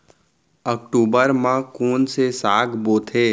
अक्टूबर मा कोन से साग बोथे?